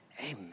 Amen